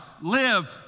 live